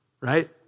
right